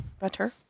better